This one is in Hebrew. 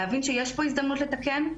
להבין שיש פה הזדמנות לתקן,